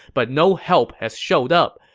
but no help has showed up.